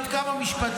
עוד כמה משפטים.